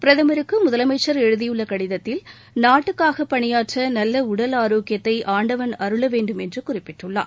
பிரதமருக்கு முதலமைச்சர் எழுதியுள்ள கடிதத்தில் நாட்டுக்காக பணியாற்ற நல்ல உடல் ஆரோக்கியத்தை ஆண்டவன் அருள வேண்டும் என்று குறிப்பிட்டுள்ளார்